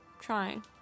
trying